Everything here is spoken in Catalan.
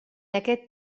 aquest